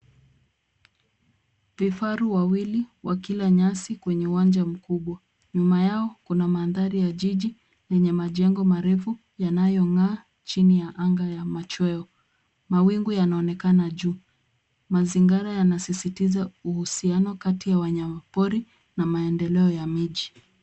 Vifaru wawili wakila nyasi kwenye uwanja mkubwa. Nyuma yao kuna mandhari ya jiji lenye majengo marefu yanayong'aa chini ya anga ya machweo. Mawingu yanaonekana juu, Mazingira yanasisitiza uhusiaono kati ya wanyama pori na maendeleo ya miji.